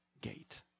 gate